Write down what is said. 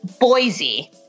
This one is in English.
Boise